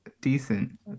Decent